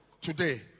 Today